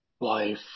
life